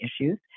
issues